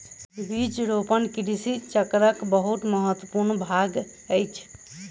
बीज रोपण कृषि चक्रक बहुत महत्वपूर्ण भाग अछि